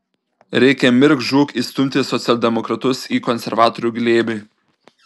reikia mirk žūk įstumti socialdemokratus į konservatorių glėbį